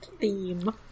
theme